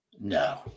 No